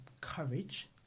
courage